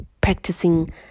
Practicing